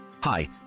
Hi